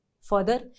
Further